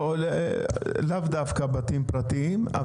לאו דווקא בתים פרטיים.